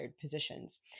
positions